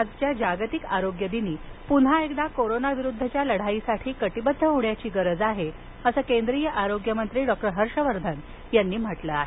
आजच्या जागतिक आरोग्य दिनी पुन्हा एकदा कोरोना विरुद्धच्या लढाईसाठी कटिबद्ध होण्याची गरज आहे असं केंद्रीय आरोग्यमंत्री डॉक्टर हर्षवर्धन यांनी म्हटलं आहे